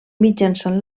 mitjançant